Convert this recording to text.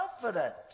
confident